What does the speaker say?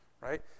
right